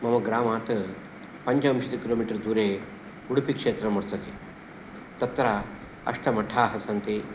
मम ग्रामात् पञ्चविंशति किलो मीटर् दूरे उडुपि क्षेत्रं वर्तते तत्र अष्टमठाः सन्ति